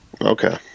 Okay